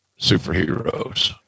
superheroes